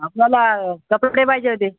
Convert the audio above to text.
आपल्याला कपडे पाहिजे होते